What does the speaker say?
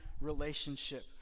relationship